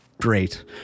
great